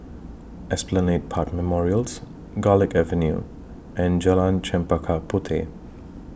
Esplanade Park Memorials Garlick Avenue and Jalan Chempaka Puteh